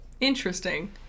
Interesting